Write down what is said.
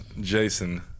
Jason